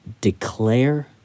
declare